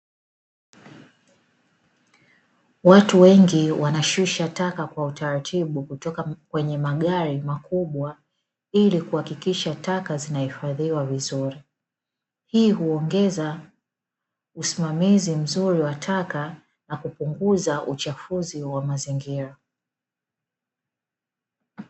Watu wengi wanashusha taka kwa utaratibu kutoka kwenye magari makubwa, ili kuhakikisha taka zinahifadhiwa vizuri hii huongeza usimamizi mzuri wa taka na kupunguza uchafuzi wa mazingira.